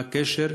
מה הקשר